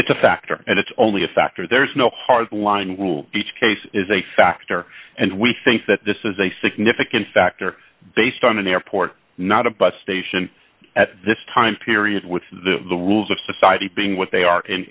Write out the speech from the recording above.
it's a factor and it's only a factor there's no hard line rule each case is a factor and we think that this is a significant factor based on an airport not a bus station at this time period with the rules of society being what they are in